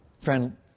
Friend